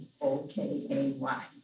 O-K-A-Y